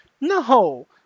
No